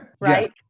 Right